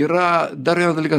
yra dar vienas dalykas